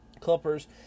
Clippers